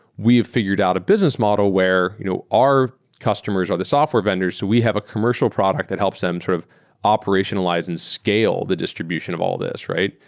we've figured out a business model where you know our customers are the software vendors. so we have a commercial product that helps them sort of operationalize and scale the distribution of all this, right?